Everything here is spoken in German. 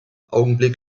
augenblick